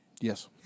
Yes